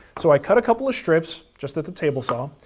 so i cut a couple of strips just at the table saw.